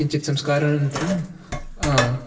किञ्चित् संस्कारानन्तरम्